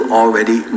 already